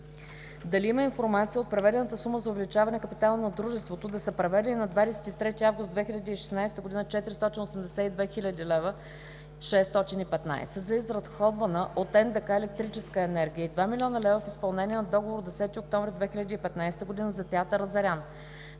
дали има информация от преведената сума за увеличаване капитала на дружеството да са преведени на 23 август 2016 г. 482 хил. 615 лв. за изразходвана от НДК електрическа енергия и 2 млн. лв. в изпълнение на договор от 10 октомври 2015 г. за театър „Азарян“;